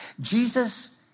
Jesus